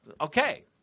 okay